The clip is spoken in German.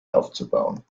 aufzubauen